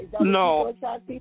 No